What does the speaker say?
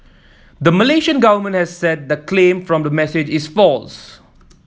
the Malaysian government has said the claim from the message is false